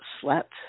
slept